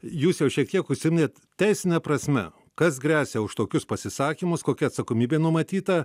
jūs jau šiek tiek užsiminėt teisine prasme kas gresia už tokius pasisakymus kokia atsakomybė numatyta